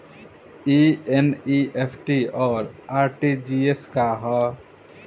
ई एन.ई.एफ.टी और आर.टी.जी.एस का ह?